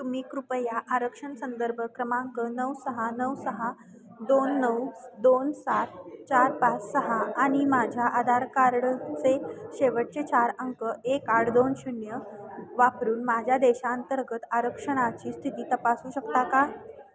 तुम्ही कृपया आरक्षण संदर्भ क्रमांक नऊ सहा नऊ सहा दोन नऊ दोन सात चार पाच सहा आणि माझ्या आधार कार्डचे शेवटचे चार अंक एक आठ दोन शून्य वापरून माझ्या देशांतर्गत आरक्षणाची स्थिती तपासू शकता का